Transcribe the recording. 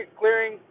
clearing